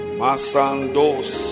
masandos